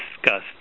discussed